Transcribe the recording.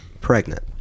pregnant